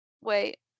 Wait